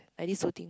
at least